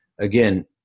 again